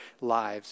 lives